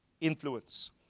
influence